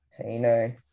Tino